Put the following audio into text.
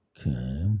Okay